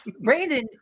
Brandon